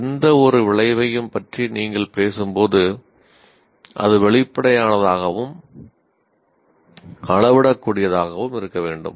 எந்தவொரு விளைவையும் பற்றி நீங்கள் பேசும்போது அது வெளிப்படையானதாகவும் அளவிடக்கூடியதாகவும் இருக்க வேண்டும்